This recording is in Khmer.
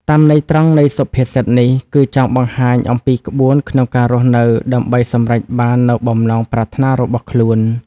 តាមន័យត្រង់នៃសុភាសិតនេះគឺចង់បង្ហាញអំពីក្បួនក្នុងការរស់នៅដើម្បីសម្រេចបាននូវបំណងប្រាថ្នារបស់ខ្លួន។